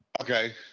Okay